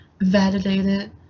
validated